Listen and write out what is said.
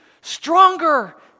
stronger